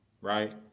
right